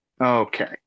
Okay